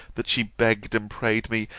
that she begged and prayed me,